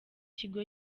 ikigo